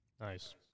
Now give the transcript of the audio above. Nice